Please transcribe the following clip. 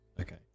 Okay